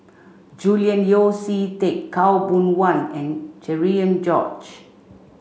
Julian Yeo See Teck Khaw Boon Wan and Cherian George